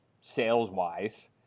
sales-wise